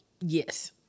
Yes